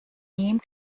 name